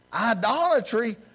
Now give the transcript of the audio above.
idolatry